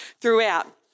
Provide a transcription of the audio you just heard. throughout